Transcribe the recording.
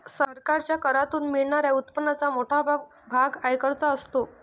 सरकारच्या करातून मिळणाऱ्या उत्पन्नाचा मोठा भाग आयकराचा असतो